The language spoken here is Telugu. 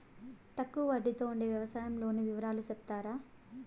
తక్కువ వడ్డీ తో ఉండే వ్యవసాయం లోను వివరాలు సెప్తారా?